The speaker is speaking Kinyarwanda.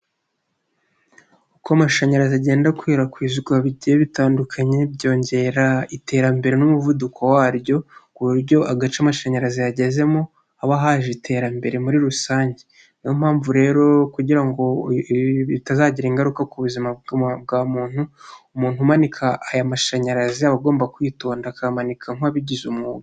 Uko amashanyarazi agenda akwirakwizwa bigiye bitandukanye byongera iterambere n'umuvuduko waryo, ku buryo agace amashanyarazi yagezemo haba hahaje iterambere muri rusange, niyo mpamvu rero kugira ngo bitazagira ingaruka ku buzima bwa muntu, umuntu umanika aya mashanyarazi aba agomba kwitonda akayamanika nk'uwabigize umwuga.